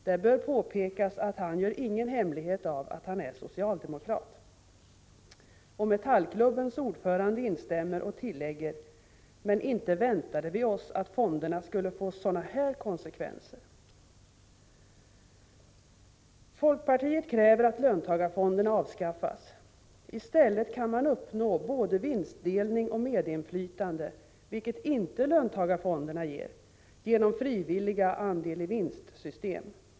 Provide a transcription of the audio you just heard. Det bör påpekas att han inte gör någon hemlighet av att han är socialdemokrat. Metallklubbens ordförande instämmer och tillägger: ”Men inte väntade vi oss att fonderna skulle få sådana här konsekvenser.” Folkpartiet kräver att löntagarfonderna avskaffas. I stället kan man uppnå både vinstdelning och medinflytande — vilket inte löntagarfonderna ger — genom frivilliga andel-i-vinst-system.